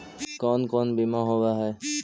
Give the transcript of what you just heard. कोन कोन बिमा होवय है?